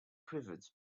quivered